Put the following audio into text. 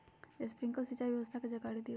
Sprinkler सिंचाई व्यवस्था के जाकारी दिऔ?